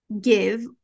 give